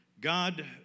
God